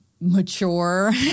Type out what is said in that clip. mature